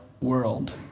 world